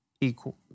equal